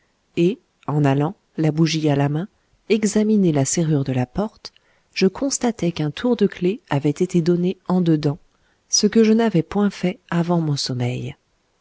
et en allant la bougie à la main examiner la serrure de la porte je constatai qu'un tour de clef avait été donné en dedans ce que je n'avais point fait avant mon sommeil